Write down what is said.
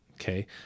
okay